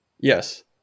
Yes